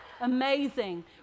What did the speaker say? amazing